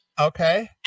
Okay